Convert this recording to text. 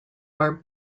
are